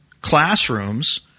classrooms